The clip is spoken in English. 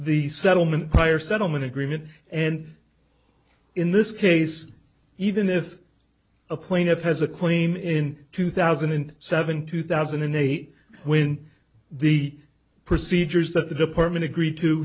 the settlement prior settlement agreement and in this case even if a plaintiff has a claim in two thousand and seven two thousand and eight when the procedures that the department agreed to